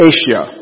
Asia